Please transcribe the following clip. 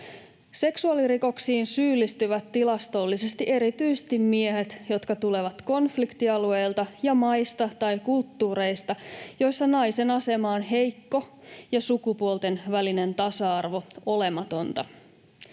Seksuaalirikoksiin syyllistyvät tilastollisesti erityisesti miehet, jotka tulevat konfliktialueilta ja maista tai kulttuureista, joissa naisen asema on heikko ja sukupuolten välinen tasa-arvo olematonta.